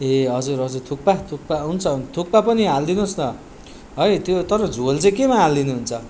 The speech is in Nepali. ए हजुर हजुर थुक्पा थुक्पा हुन्छ थुक्पा पनि हालिदिनुहोस् न है त्यो तर झोल चाहिँ केमा हालिदिनुहुन्छ